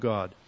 God